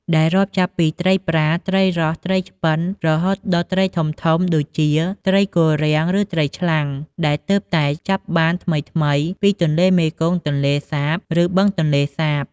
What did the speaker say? ដែលរាប់ចាប់ពីត្រីប្រា ត្រីរស់ ត្រីឆ្ពិន រហូតដល់ត្រីធំៗដូចជាត្រីគល់រាំង ឬត្រីឆ្លាំង ដែលទើបតែចាប់បានថ្មីៗពីទន្លេមេគង្គ ទន្លេសាប ឬបឹងទន្លេសាប។